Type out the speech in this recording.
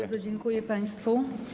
Bardzo dziękuję państwu.